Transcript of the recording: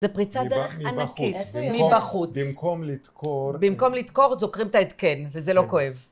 זה פריצה דרך ענקית, מבחוץ. במקום לדקור... במקום לתקור, דוקרים את ההתקן, וזה לא כואב.